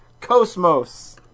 Cosmos